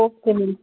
okay ma'am